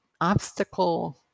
obstacle